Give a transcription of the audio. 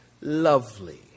Lovely